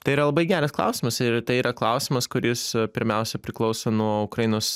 tai yra labai geras klausimas ir tai yra klausimas kuris pirmiausia priklauso nuo ukrainos